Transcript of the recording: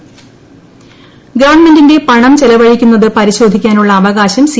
Thomas Isaac ഗവൺമെന്റിന്റെ പണം ചെലവഴിക്കുന്നത് പരിശോധിക്കാനുള്ള അവകാശം സി